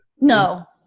No